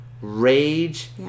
rage